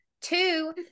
two